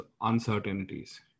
uncertainties